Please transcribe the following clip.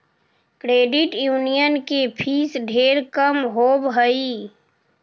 credit union के fees ढेर कम होब हई